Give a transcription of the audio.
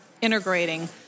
integrating